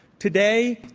today,